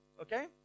Okay